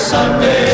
Sunday